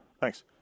Thanks